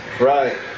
Right